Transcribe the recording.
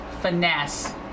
finesse